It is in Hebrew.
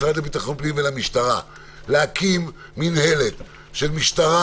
למשרד לביטחון פנים ולמשטרה להקים מינהלת של משטרה,